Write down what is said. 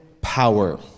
power